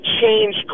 Change